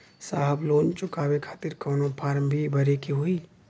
साहब लोन चुकावे खातिर कवनो फार्म भी भरे के होइ?